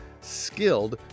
skilled